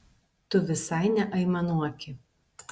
tu visai neaimanuoki